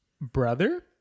brother